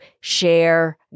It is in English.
share